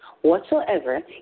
whatsoever